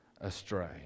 astray